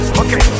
okay